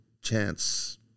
chance